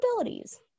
abilities